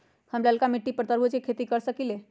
हम लालका मिट्टी पर तरबूज के खेती कर सकीले?